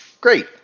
Great